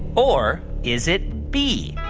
or is it b,